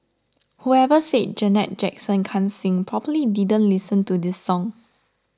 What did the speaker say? whoever said Janet Jackson can't sing probably didn't listen to this song